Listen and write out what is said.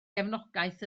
gefnogaeth